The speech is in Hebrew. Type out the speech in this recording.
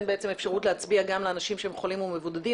אפשרות להצביע גם לאנשים שהם חולים ומבודדים.